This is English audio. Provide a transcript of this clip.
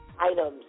items